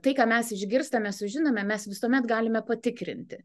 tai ką mes išgirstame sužinome mes visuomet galime patikrinti